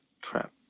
Crap